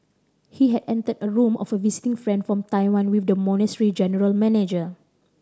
he had entered a room of a visiting friend from Taiwan with the monastery general manager